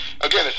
again